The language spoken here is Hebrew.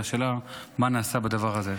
והשאלה היא מה נעשה בדבר הזה.